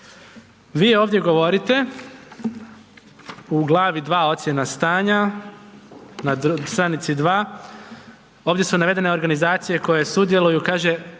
Vi ovdje govorite u glavi 2. Ocjena stanja, na stanici 2. ovdje su navedene organizacije koje sudjeluju, kaže,